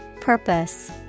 Purpose